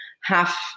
half